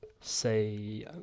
say